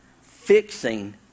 fixing